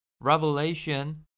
Revelation